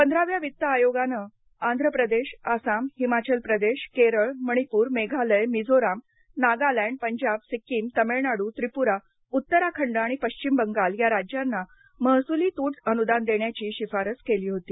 पंधराव्या वित्त आयोगानं आंध्र प्रदेश असाम हिमाचल प्रदेश केरळ मणिपूर मेघालय मिझोरम नागालँड पंजाब सिक्किम तमिलनाडू त्रिपुरा उत्तराखंड आणि पश्चिम बंगाल या राज्यांना महसूली तूट अनुदान देण्याची शिफारस केली होती